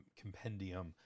compendium